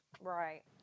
Right